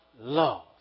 love